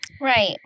right